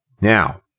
Now